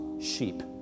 sheep